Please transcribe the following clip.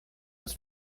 was